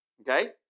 Okay